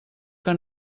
que